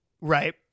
Right